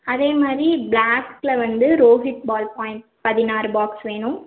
அதேமாதிரி பிளாக்கில் வந்து ரோஹித் பால் பாயிண்ட் பதினாறு பாக்ஸ் வேணும்